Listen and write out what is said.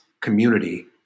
community